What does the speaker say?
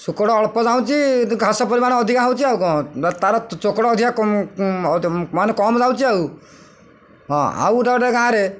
ଚୋକଡ଼ ଅଳ୍ପ ଯାଉଛି କିନ୍ତୁ ଘାସ ପରିମାଣ ଅଧିକା ହଉଛି ଆଉ କ'ଣ ତାର ଚୋକଡ଼ ଅଧିକା ମାନେ କମ୍ ଯାଉଛି ହଁ ଆଉ ଗୋଟେ ଗୋଟେ ଗାଁ ରେ